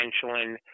potential